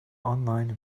online